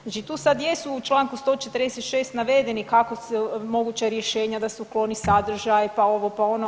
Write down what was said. Znači tu sad jesu u članku 146. navedeni kako su moguća rješenja da se ukloni sadržaj, pa ovo, pa ono.